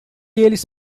eles